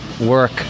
work